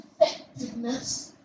effectiveness